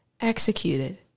executed